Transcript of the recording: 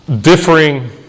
differing